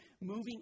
moving